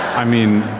i mean,